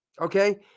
okay